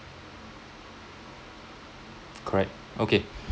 correct okay